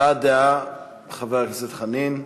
הבעת דעה, חבר הכנסת חנין.